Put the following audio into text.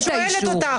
אני שואלת אותך.